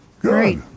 Great